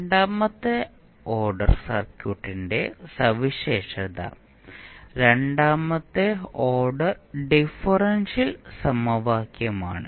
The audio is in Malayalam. രണ്ടാമത്തെ ഓർഡർ സർക്യൂട്ടിന്റെ സവിശേഷത രണ്ടാമത്തെ ഓർഡർ ഡിഫറൻഷ്യൽ സമവാക്യമാണ്